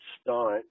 stunt